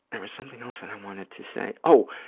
there was something else that i wanted to say. oh,